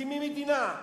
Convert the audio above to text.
מקימים מדינה.